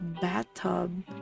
bathtub